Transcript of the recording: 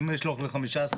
אם יש לו ל-15 שנים?